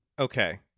Okay